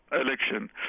Election